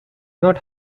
not